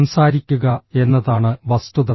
സംസാരിക്കുക എന്നതാണ് വസ്തുത